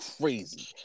Crazy